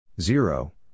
Zero